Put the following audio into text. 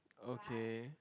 okay